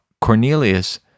Cornelius